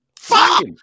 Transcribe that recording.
Fuck